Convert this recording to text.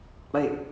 mm